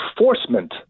enforcement